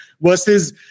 versus